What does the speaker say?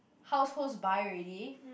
households buy already